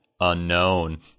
unknown